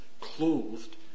clothed